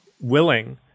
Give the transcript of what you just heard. willing